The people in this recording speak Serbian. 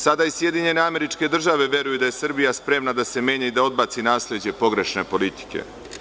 Sada i SAD veruju da je Srbija spremna da se menja i da odbaci nasleđe pogrešne politike.